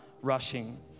rushing